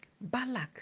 Balak